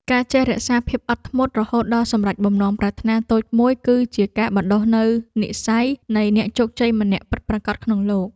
ការចេះរក្សាភាពអត់ធ្មត់រហូតដល់សម្រេចបំណងប្រាថ្នាតូចមួយគឺជាការបណ្តុះនូវនិស្ស័យនៃអ្នកជោគជ័យម្នាក់ពិតប្រាកដក្នុងលោក។